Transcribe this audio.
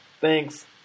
thanks